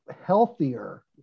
healthier